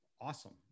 awesome